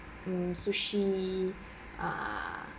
mm sushi ah